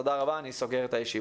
תודה רבה לכם, אני סוגר את הישיבה.